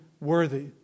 worthy